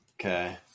Okay